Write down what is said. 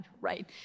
right